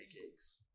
pancakes